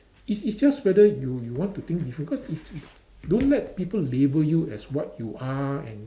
it's it's just whether you you want to think different cause if you don't let people label you as what you are and